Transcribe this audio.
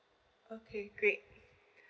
okay great